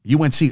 UNC